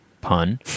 pun